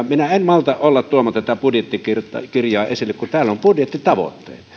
minä en malta olla tuomatta tätä budjettikirjaa esille täällä on budjettitavoitteet